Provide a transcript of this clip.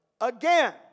again